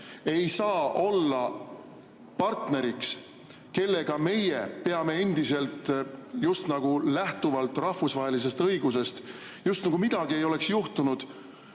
ei saa olla partneriks, kellega meie peame endiselt just nagu lähtuvalt rahvusvahelisest õigusest, just nagu midagi ei oleks juhtunud,